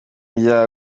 bya